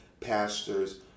pastors